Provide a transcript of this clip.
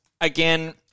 again